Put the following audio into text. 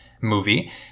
movie